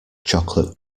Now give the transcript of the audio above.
chocolate